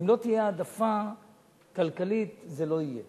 אם לא תהיה העדפה כלכלית, זה לא יהיה.